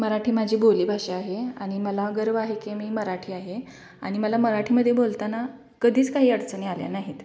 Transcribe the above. मराठी माझी बोलीभाषा आहे आणि मला गर्व आहे की मी मराठी आहे आणि मला मराठीमध्ये बोलताना कधीच काही अडचणी आल्या नाहीत